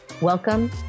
Welcome